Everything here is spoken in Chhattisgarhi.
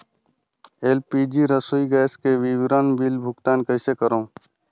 एल.पी.जी रसोई गैस के विवरण बिल भुगतान कइसे करों?